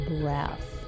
breath